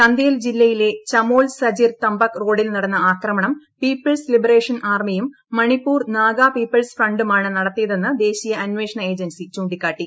ചന്ദേൽ ജില്ലയിലെ ചമോൽ സജിർ തംപക്ക് റോഡിൽ നടന്ന ആക്രമണം പീപ്പിൾസ് ലിബറേഷൻ ആർമിയും മണിപ്പൂർ നാഗ പീപ്പിൾസ് ഫ്രണ്ടുമാണ് നടത്തിയതെന്ന് ദേശീയ അന്വേഷണ ഏജൻസി ചൂണ്ടിക്കാട്ടി